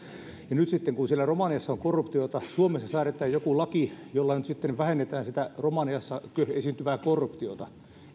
nyt sitten kun siellä romaniassa on korruptiota suomessa säädetään joku laki jolla nyt sitten vähennetään sitä romaniassa esiintyvää korruptiota